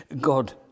God